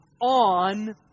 on